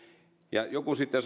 joku suojeluintoilija sitten